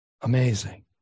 Amazing